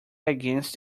against